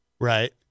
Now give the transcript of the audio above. Right